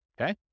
okay